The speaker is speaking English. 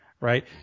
right